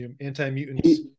anti-mutants